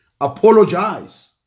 apologize